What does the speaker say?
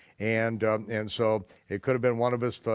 and and so it could've been one of his,